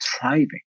thriving